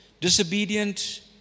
disobedient